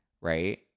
right